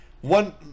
one